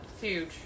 Huge